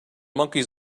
monkeys